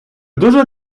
дуже